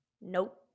Nope